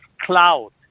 cloud